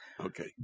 Okay